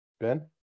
Ben